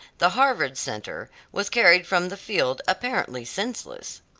the harvard centre was carried from the field apparently senseless.